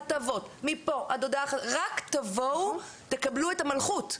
הטבות מפה עד הודעה חדשה רק תבואו תקבלו את המלכות,